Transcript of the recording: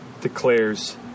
declares